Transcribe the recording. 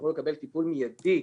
יוכלו לקבל טיפול מיידי,